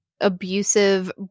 abusive